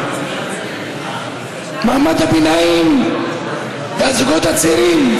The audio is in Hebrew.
מעמד הביניים והזוגות הצעירים,